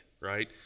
right